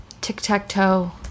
tic-tac-toe